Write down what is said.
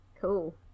Cool